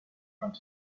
front